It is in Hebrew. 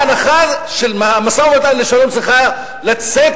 ההנחה של משא-ומתן לשלום צריכה לצאת